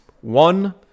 One